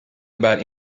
about